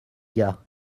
gars